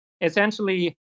essentially